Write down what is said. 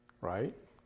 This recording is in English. Right